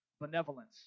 benevolence